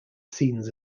scenes